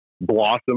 blossom